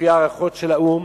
לפי הערכות של האו"ם,